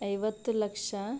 ಐವತ್ತು ಲಕ್ಷ